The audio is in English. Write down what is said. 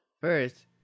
first